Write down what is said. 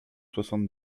soixante